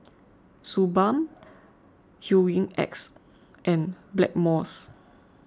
Suu Balm Hygin X and Blackmores